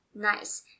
Nice